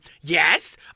yes